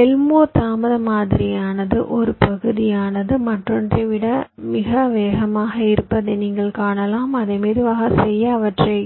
Elmore தாமத மாதிரியானது ஒரு பகுதியானது மற்றொன்றை விட மிக வேகமாக இருப்பதை நீங்கள் காணலாம் அதை மெதுவாகச் செய்ய அவற்றை